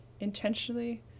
intentionally